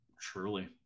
truly